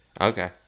Okay